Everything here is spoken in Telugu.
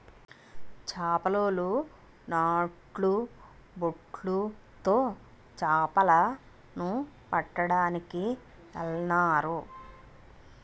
చేపలోలు నాటు బొట్లు తో చేపల ను పట్టడానికి ఎల్తన్నారు